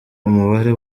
umubare